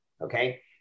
okay